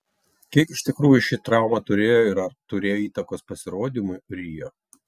kiek iš tikrųjų šį trauma turėjo ir ar turėjo įtakos pasirodymui rio